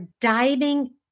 diving